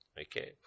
Okay